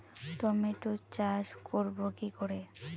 Tomato চাষ করব কি করে?